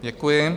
Děkuji.